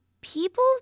People